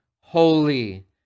holy